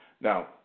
Now